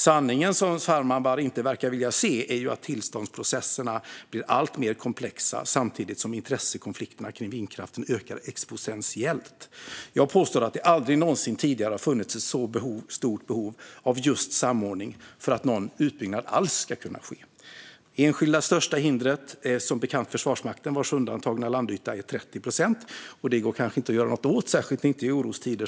Sanningen som Farmanbar inte verkar vilja se är att tillståndsprocesserna har blivit alltmer komplexa samtidigt som intressekonflikterna kring vindkraften ökar exponentiellt. Jag påstår att det aldrig någonsin tidigare har funnits ett så stort behov av just samordning för att någon utbyggnad alls ska kunna ske. Det enskilt största hindret är som bekant Försvarsmakten vars undantagna landyta är 30 procent. Det går det inte att göra något åt, speciellt inte i dessa orostider.